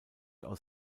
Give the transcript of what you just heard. aus